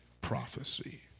prophecy